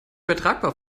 übertragbar